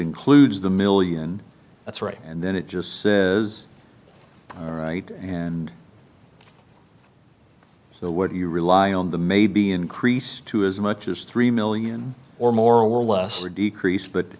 includes the million that's right and then it just is all right and so would you rely on the may be increased to as much as three million or more or less or decrease but